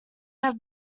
have